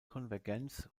konvergenz